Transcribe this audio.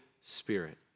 Spirit